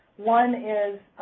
one is